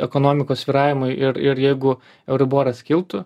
ekonomikos svyravimui ir ir jeigu euriboras kiltų